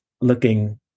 looking